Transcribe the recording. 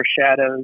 shadows